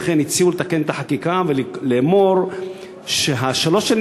לכן הציעו לתקן את החקיקה ולומר ששלוש השנים